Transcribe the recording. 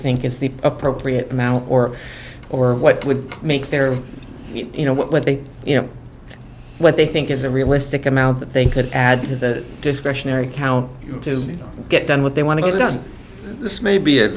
think is the appropriate amount or or what would make their you know what they you know what they think is a realistic amount that they could add to the discretionary count you just get done what they want to get done this may be a